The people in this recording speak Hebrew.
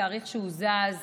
תאריך שזז